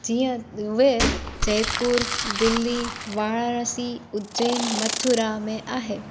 जीअं उहे जयपुर दिल्ली वाराणसी उज्जैन मथुरा में आहे